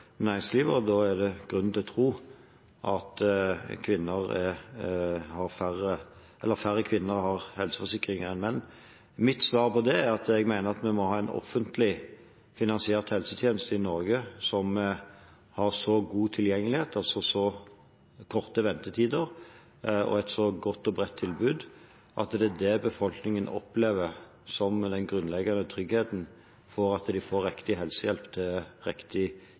næringslivet, og da er det grunn til å tro at færre kvinner enn menn har helseforsikring. Mitt svar på det er at jeg mener at vi må ha en offentlig finansiert helsetjeneste i Norge som har så god tilgjengelighet, så korte ventetider og et så godt og bredt tilbud at det er det befolkningen opplever som den grunnleggende tryggheten for at de får riktig helsehjelp til